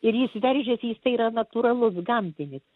ir jis veržiasi jisai yra natūralus gamtinis